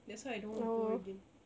that's why I don't want to go already